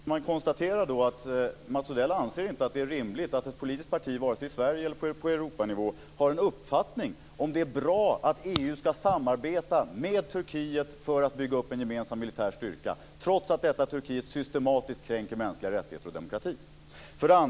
Fru talman! Jag konstaterar att Mats Odell inte anser att det är rimligt att ett politiskt parti vare sig i Sverige eller på Europanivå har en uppfattning i frågan om det är bra att EU ska samarbeta med Turkiet för att bygga upp en gemensam militär styrka, trots att Turkiet systematiskt kränker de mänskliga rättigheterna och demokratin.